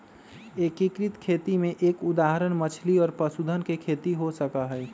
एकीकृत खेती के एक उदाहरण मछली और पशुधन के खेती हो सका हई